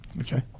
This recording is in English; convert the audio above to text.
Okay